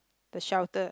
the shelter